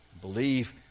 believe